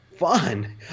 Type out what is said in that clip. fun